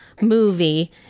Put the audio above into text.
movie